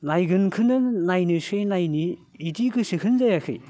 नायगोनखोनो नायनोसै नायनि इदि गोसोखोनो जायाखै